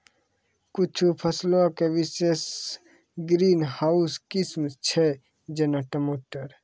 कुछु फसलो के विशेष ग्रीन हाउस किस्म छै, जेना टमाटर